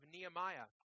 Nehemiah